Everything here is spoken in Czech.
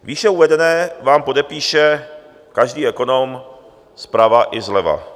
Výše uvedené vám podepíše každý ekonom zprava i zleva.